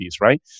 right